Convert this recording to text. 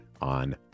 on